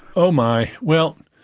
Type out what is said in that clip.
oh my. well,